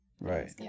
Right